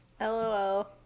LOL